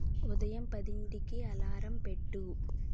ఉదయం పదింటికి అలారం పెట్టు